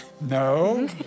No